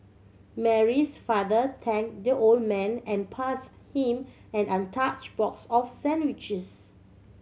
Mary's father thank the old man and pass him an untouch box of sandwiches